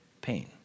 pain